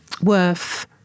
worth